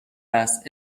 است